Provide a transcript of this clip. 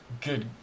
good